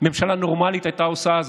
ממשלה נורמלית הייתה עושה זאת.